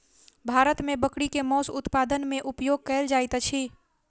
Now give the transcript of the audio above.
भारत मे बकरी के मौस उत्पादन मे उपयोग कयल जाइत अछि